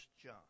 John